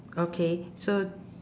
okay so